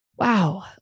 Wow